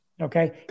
Okay